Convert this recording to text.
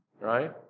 Right